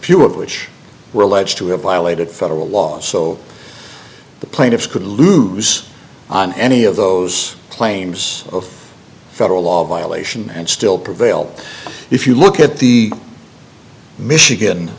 few of which were alleged to have violated federal laws so the plaintiffs could lose on any of those claims of federal law violation and still prevail if you look at the michigan